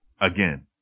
again